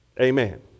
Amen